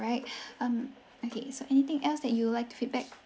um okay so anything else that you would like to feedback